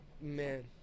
man